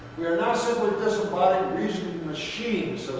we are now simply disembodied reasoning machines,